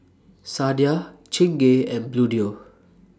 Sadia Chingay and Bluedio